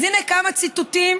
אז הינה כמה ציטוטים